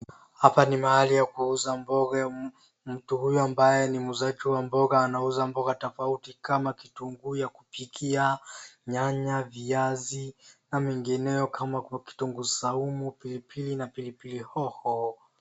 Hapa ni mahali yakuuza mboga. Mtu huyu ambaye ni muuzaji wa mboga anauza mboga tofauti kama kitunguu ya kupikia, nyanya, viazi na mwingineo kama kwa kitunguu saumu, pilipili na pilipili hoho.